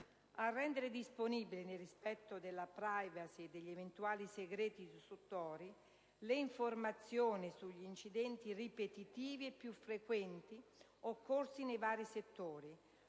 a rendere disponibile, nel rispetto della *privacy* e degli eventuali segreti istruttori, le informazioni sugli incidenti ripetitivi e più frequenti occorsi nei vari settori,